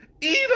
Eat